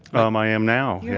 um, i am now. yeah